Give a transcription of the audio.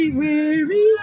weary